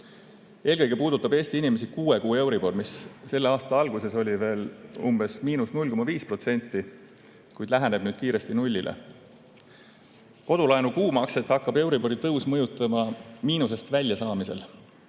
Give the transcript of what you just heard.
Eelkõige puudutab Eesti inimesi kuue kuu euribor, mis selle aasta alguses oli veel umbes –0,5%, kuid läheneb nüüd kiiresti nullile. Kodulaenu kuumakset hakkab euribori tõus mõjutama miinusest väljasaamisel.